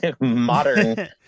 modern